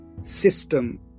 system